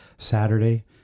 saturday